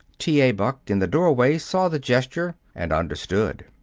t. a. buck, in the doorway, saw the gesture and understood.